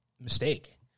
mistake